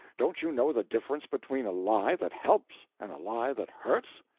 don't you know the difference between a lie that helps and a lie that hurts?